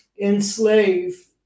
enslave